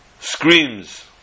screams